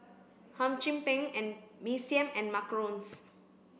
Hum Chim Peng Mee Siam and Macarons